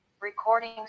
Recording